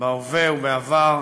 בהווה ובעבר,